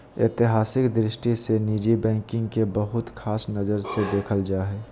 ऐतिहासिक दृष्टि से निजी बैंकिंग के बहुत ख़ास नजर से देखल जा हइ